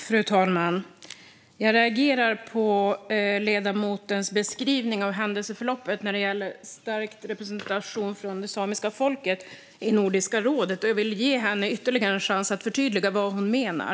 Fru talman! Jag reagerar på ledamotens beskrivning av händelseförloppet när det gäller stark representation av det samiska folket i Nordiska rådet. Jag vill ge henne ytterligare en chans att förtydliga vad hon menar.